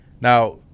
Now